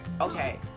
Okay